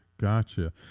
Gotcha